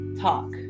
talk